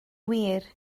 wir